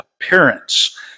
appearance